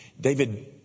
David